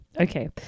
Okay